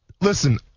listen